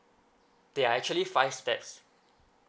there are actually five steps